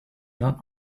not